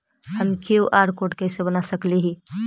हम QR code कैसे बना सकली ही?